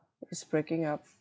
it's breaking up